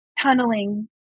tunneling